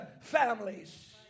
families